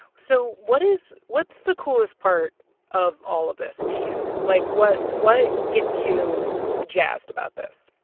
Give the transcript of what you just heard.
so what is what's the coolest part of all of this to you? like, what what gets you jazzed about this?